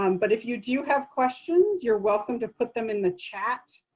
um but if you do have questions, you're welcome to put them in the chat.